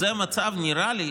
במצב כזה נראה לי